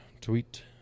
tweet